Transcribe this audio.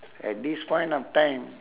at this point of time